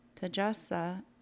Tajasa